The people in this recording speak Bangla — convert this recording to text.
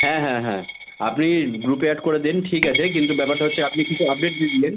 হ্যাঁ হ্যাঁ হ্যাঁ আপনি গ্রুপে অ্যাড করে দিন ঠিক আছে কিন্তু ব্যাপারটা হচ্ছে আপনি কিছু আপডেট দি দিলেন